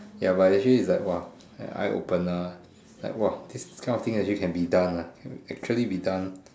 ya but actually it's like !wah! an eye opener like !wah! this kind of thing actually can be done ah can actually be done